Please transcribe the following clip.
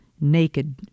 naked